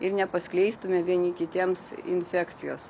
ir nepaskleistume vieni kitiems infekcijos